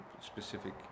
specific